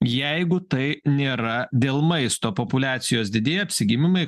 jeigu tai nėra dėl maisto populiacijos didėja apsigimimai